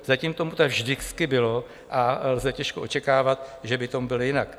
Zatím tomu tak vždycky bylo a lze těžko očekávat, že by tomu bylo jinak.